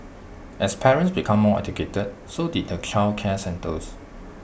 as parents became more educated so did the childcare centres